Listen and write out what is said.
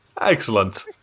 excellent